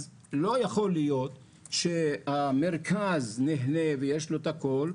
לא יכול להיות שהמרכז נהנה ויש לו הכול,